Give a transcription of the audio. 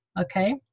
Okay